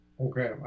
Okay